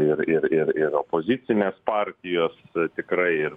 ir ir ir ir opozicinės partijos tikrai ir